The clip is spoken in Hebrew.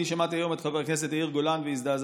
אני שמעתי היום את חבר הכנסת יאיר גולן והזדעזעתי,